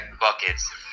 Buckets